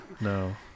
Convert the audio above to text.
no